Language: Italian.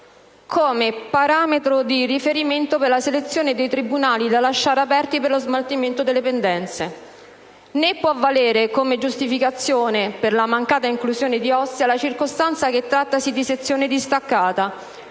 come parametro di riferimento per la selezione dei tribunali da lasciare aperti per lo smaltimento delle pendenze. Né può valere come giustificazione per la mancata inclusione di Ostia la circostanza che trattasi di sezione distaccata,